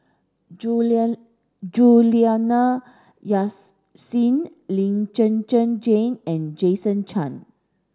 Juliana Lee Zhen Zhen Jane and Jason Chan